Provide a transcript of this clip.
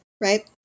Right